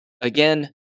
Again